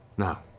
now.